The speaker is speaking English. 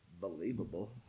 believable